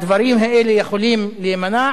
הדברים האלה יכולים להימנע